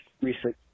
recent